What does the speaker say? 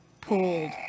pulled